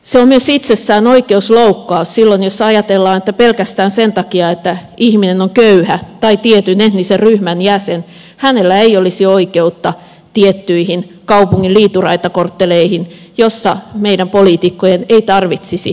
se on myös itsessään oikeusloukkaus silloin jos ajatellaan että pelkästään sen takia että ihminen on köyhä tai tietyn etnisen ryhmän jäsen hänellä ei olisi oikeutta tiettyihin kaupungin liituraitakortteleihin joissa meidän poliitikkojen ei tarvitsisi köyhyyttä nähdä